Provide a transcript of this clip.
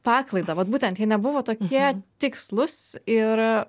paklaidą vat būtent ji nebuvo tokie tikslus ir